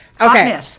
okay